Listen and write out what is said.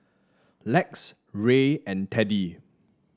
Lex Ray and Teddy